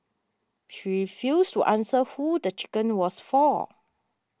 she refused to answer who the chicken was for